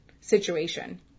situation